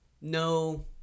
no